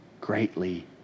greatly